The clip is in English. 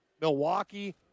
Milwaukee